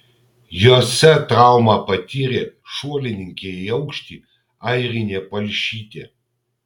jose traumą patyrė šuolininkė į aukštį airinė palšytė